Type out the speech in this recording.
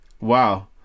Wow